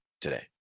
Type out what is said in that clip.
today